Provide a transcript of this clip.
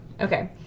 Okay